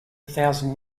thousand